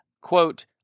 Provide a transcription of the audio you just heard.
quote